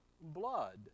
blood